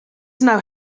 know